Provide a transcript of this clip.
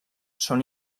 són